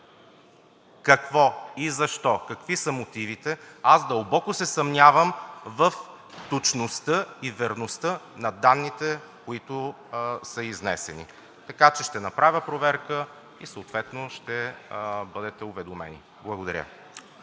какво, защо и какви са мотивите, но аз дълбоко се съмнявам в точността и верността на данните, които са изнесени, така че ще направя проверка и съответно ще бъдете уведомени. Благодаря.